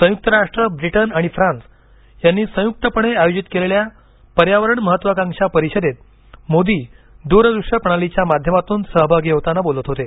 संयुक्त राष्ट्र ब्रिटन आणि फ्रान्स यांनी संयुक्तपणे आयोजित केलेल्या पर्यावरण महत्वाकांक्षा परिषदेत मोदींनी दूर दृश्य प्रणालीच्या माध्यमातून सहभागी होताना ते बोलत होते